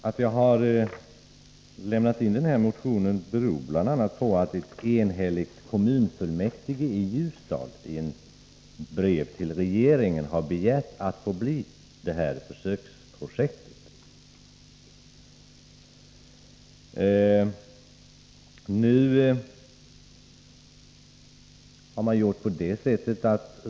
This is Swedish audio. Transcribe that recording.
Att jag har väckt min motion beror bl.a. på att ett enhälligt kommunfullmäktige i Ljusdal i brev till regeringen har begärt att Ljusdal skall få bli förläggningsort för det här försöksprojektet.